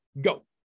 Go